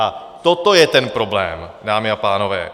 A toto je ten problém, dámy a pánové.